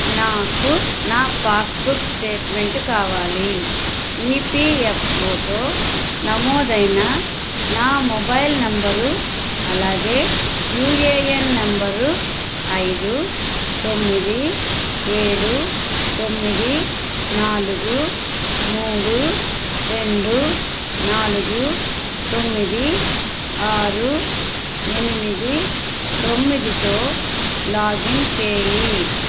నాకు నా passbook statement కావాలి ఈపిఎఫ్ఓతో నమోదైన నా మొబైల్ నంబరు అలాగే యూఏఎన్ నంబరు ఐదు తొమ్మిది ఏడు తొమ్మిది నాలుగు మూడు రెండు నాలుగు తొమ్మిది ఆరు ఎనిమిది తొమ్మిదితో లాగిన్ చెయ్యి